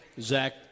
Zach